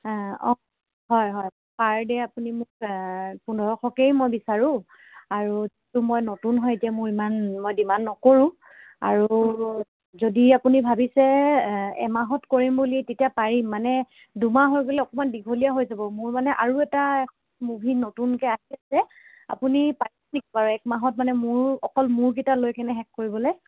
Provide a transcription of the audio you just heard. অঁ হয় হয় পাৰ ডে' আপুনি মোক পোন্ধৰশকেই মই বিচাৰোঁ আৰু যটো মই নতুন হয় এতিয়া মোৰ ইমান মই ডিমাণ্ড নকৰোঁ আৰু যদি আপুনি ভাবিছে এমাহত কৰিম বুলি তেতিয়া পাৰিম মানে দুমাহ হৈ গ'লে অকমান দীঘলীয়া হৈ যাব মোৰ মানে আৰু এটা মুভি নতুনকে বাৰু এক মাহত মানে মোৰ অকল মোৰকিটা লৈ কেনে শেষ কৰিবলে